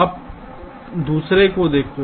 अब दूसरे को देखें